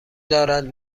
دارد